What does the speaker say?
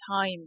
time